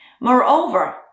Moreover